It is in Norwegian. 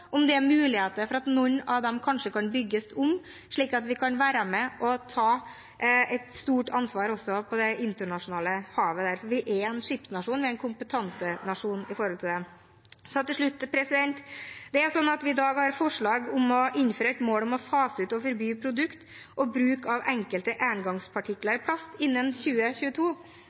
om det er muligheter for at noen av skipene kanskje kan bygges om, slik at vi kan være med og ta et stort ansvar også på internasjonale hav. Vi er en skipsnasjon, vi er en kompetansenasjon når det gjelder det. Så til slutt: I dag har vi forslag om å innføre et mål om å fase ut og forby produkter og bruk av enkelte engangsartikler i plast innen